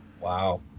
wow